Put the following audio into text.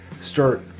start